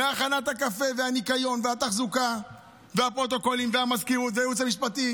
מהכנת הקפה והניקיון והתחזוקה והפרוטוקולים והמזכירות והייעוץ המשפטי